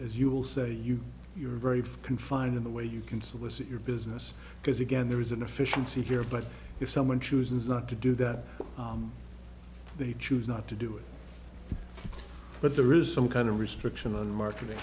as you will say you you're very confined in the way you can solicit your business because again there is an efficiency here but if someone chooses not to do that they choose not to do it but there is some kind of restriction on marketing